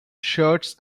shirts